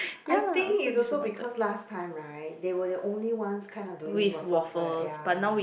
I think it's also because last time right they were the only ones kind of doing waffles like ya